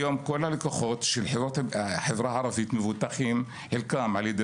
היום כל הלקוחות של החברה הערבית מבוטחים חלקם על ידי